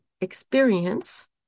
experience